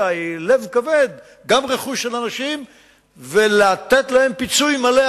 בלב כבד רכוש של אנשים ולתת להם פיצוי מלא,